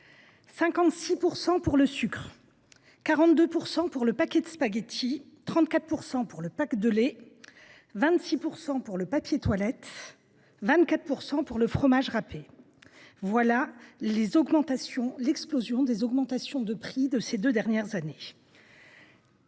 56 % pour le sucre, 42 % pour le paquet de spaghettis, 34 % pour le pack de lait, 26 % pour le papier toilette, 24 % pour le fromage râpé : voilà l’explosion des prix durant ces deux dernières années.